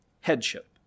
Headship